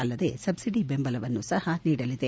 ಅಲ್ಲದೇ ಸಬ್ಲಿಡಿ ಬೆಂಬಲವನ್ನು ಸಹ ನೀಡಲಿದೆ